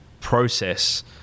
process